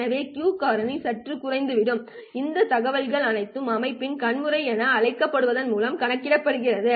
எனவே Q காரணி சற்று குறைந்துவிடும் இந்த தகவல்கள் அனைத்தும் அமைப்பின் கண் முறை என அழைக்கப்படுவதன் மூலம் கணக்கிடப்படுகிறது